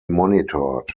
monitored